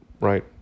right